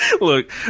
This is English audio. Look